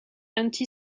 anti